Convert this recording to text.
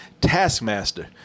Taskmaster